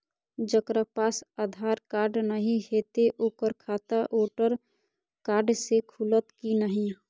जकरा पास आधार कार्ड नहीं हेते ओकर खाता वोटर कार्ड से खुलत कि नहीं?